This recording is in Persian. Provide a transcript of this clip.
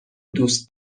دوس